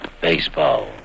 baseball